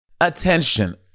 Attention